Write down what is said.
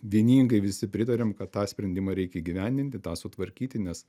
vieningai visi pritariam kad tą sprendimą reikia įgyvendinti tą sutvarkyti nes